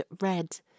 red